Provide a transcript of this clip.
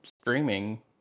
streaming